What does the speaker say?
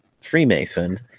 Freemason